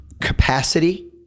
capacity